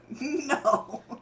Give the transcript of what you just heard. No